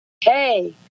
hey